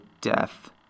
death